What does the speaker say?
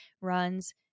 runs